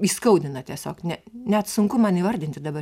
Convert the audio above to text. įskaudina tiesiog ne net sunku man įvardinti dabar